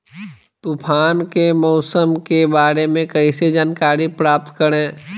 तूफान के मौसम के बारे में कैसे जानकारी प्राप्त करें?